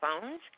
phones